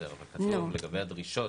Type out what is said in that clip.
אבל כתוב לגבי הדרישות.